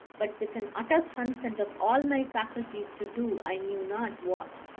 but with an utter consent of all my faculties to do i knew not what,